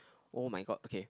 oh-my-god okay